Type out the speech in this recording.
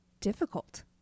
difficult